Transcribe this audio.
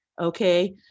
Okay